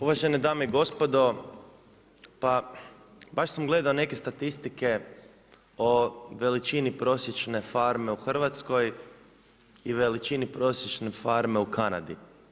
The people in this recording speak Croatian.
Uvažene dame i gospodo, pa baš sam gledao neke statistike o veličine prosječne farme u Hrvatskoj i veličini prosječne farme u Kanadi.